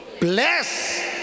Bless